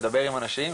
מדבר עם אנשים,